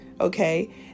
okay